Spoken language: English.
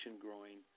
growing